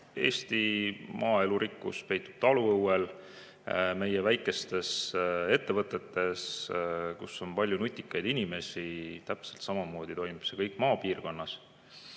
Eesti maaelu rikkus peitub taluõel, meie väikestes ettevõtetes, kus on palju nutikaid inimesi. Täpselt samamoodi toimub see kõik maapiirkonnas.